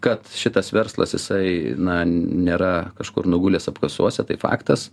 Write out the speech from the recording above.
kad šitas verslas jisai na nėra kažkur nugulęs apkasuose tai faktas